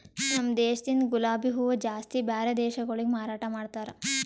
ನಮ ದೇಶದಿಂದ್ ಗುಲಾಬಿ ಹೂವ ಜಾಸ್ತಿ ಬ್ಯಾರೆ ದೇಶಗೊಳಿಗೆ ಮಾರಾಟ ಮಾಡ್ತಾರ್